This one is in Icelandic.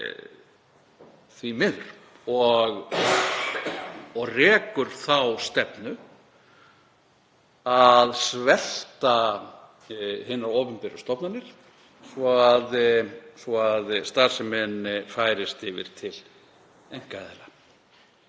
því miður, og rekur þá stefnu að svelta hinar opinberu stofnanir svo að starfsemin færist yfir til einkaaðila.